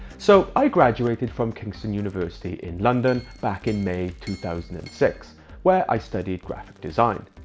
so i graduated from kingston university in london back in may, two thousand and six where i studied graphic design.